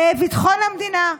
בביטחון המדינה.